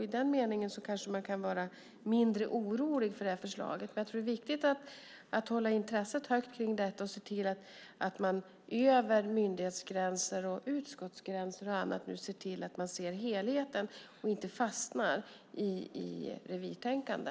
I den meningen kan man kanske vara mindre orolig för förslaget. Det är viktigt att man håller intresset högt kring detta, ser helheten över myndighetsgränser och utskottsgränser och inte fastnar i revirtänkande.